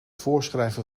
voorschrijven